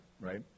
right